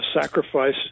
sacrifice